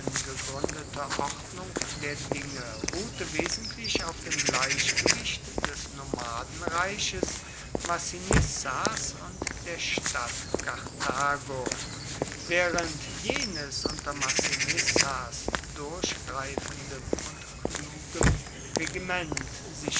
ordnung der dinge ruhte wesentlich auf dem gleichgewicht des nomadenreiches massinissas und der stadt karthago während jenes unter massinissas durchgreifendem und klugem regiment